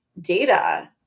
data